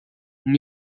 uma